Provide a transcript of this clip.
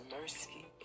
mercy